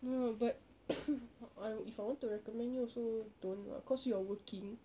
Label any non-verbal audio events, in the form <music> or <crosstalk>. no but <coughs> I if I want to recommend you also don't lah cause you are working